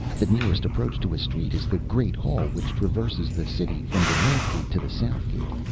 the nearest approach to a street is the great hall which traverses the city from the north gate to the south gate.